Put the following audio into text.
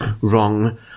wrong